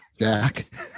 Jack